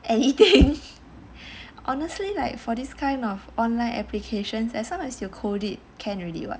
anything honestly like for this kind of online applications as long as you code it can already [what]